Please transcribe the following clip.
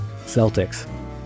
Celtics